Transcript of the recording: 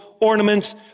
ornaments